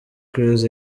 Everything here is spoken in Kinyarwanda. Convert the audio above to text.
cruz